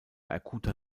akuter